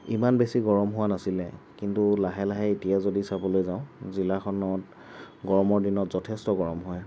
ইমান বেছি গৰম হোৱা নাছিলে কিন্তু লাহে লাহে এতিয়া যদি চাবলৈ যাওঁ জিলাখনত গৰমৰ দিনত যথেষ্ট গৰম হয়